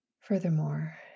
Furthermore